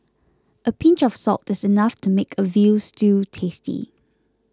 a pinch of salt is enough to make a Veal Stew tasty